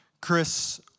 Chris